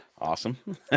Awesome